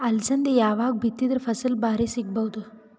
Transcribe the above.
ಅಲಸಂದಿ ಯಾವಾಗ ಬಿತ್ತಿದರ ಫಸಲ ಭಾರಿ ಸಿಗಭೂದು?